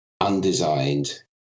undesigned